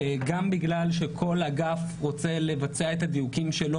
גם בגלל שכל אגף רוצה לבצע את הדיוקים שלו,